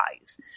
eyes